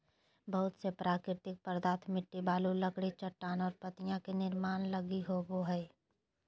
बहुत से प्राकृतिक पदार्थ मिट्टी, बालू, लकड़ी, चट्टानें और पत्तियाँ के निर्माण लगी होबो हइ